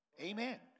amen